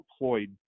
employed